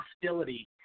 hostility